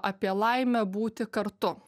apie laimę būti kartu